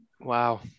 Wow